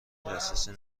دسترسی